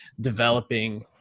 developing